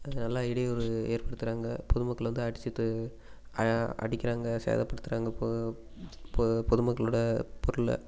எல்லாம் இடையூறு ஏற்படுத்துகிறாங்க பொதுமக்களை வந்து அடிச்சுட்டு அடிக்கிறாங்க சேதப்படுத்துகிறாங்க பொ பொ பொதுமக்களோட பொருளை